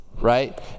right